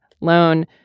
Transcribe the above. loan